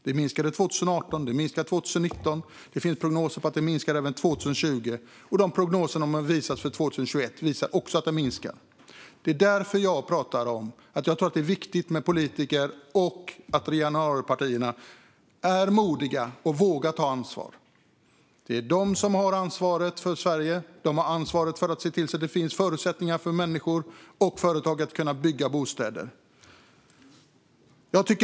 Det minskade 2018, det minskade 2019 och det finns prognoser som visar att det kommer att minska även 2020. Även prognoserna för 2021 visar att det kommer att minska. Det är därför jag talar om att det är viktigt att politiker och januaripartierna är modiga och vågar ta ansvar. Det är de som har ansvaret för Sverige. De har ansvaret för att se till att det finns förutsättningar för människor och företag att bygga bostäder.